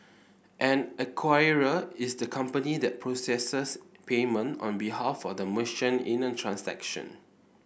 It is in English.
an acquirer is the company that processes payment on behalf of the merchant in a transaction